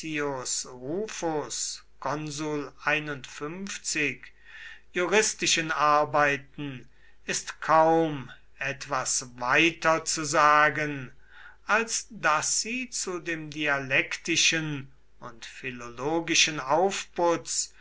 rufus juristischen arbeiten ist kaum etwas weiter zu sagen als daß sie zu dem dialektischen und philologischen aufputz